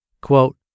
Quote